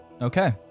Okay